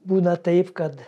būna taip kad